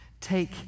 Take